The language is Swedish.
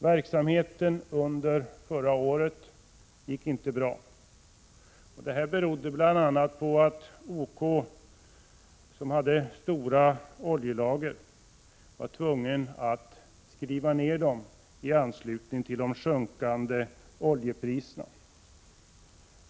Verksamheten under förra året gick inte bra. Det berodde bl.a. på att OK, som hade stora oljelager, var tvunget att skriva ner dem i anslutning till de sjunkande oljepriserna.